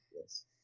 Yes